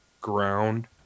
ground